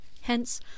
hence